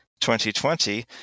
2020